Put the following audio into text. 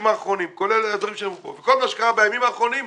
האחרונים וכל מה שקרה בימים האחרונים,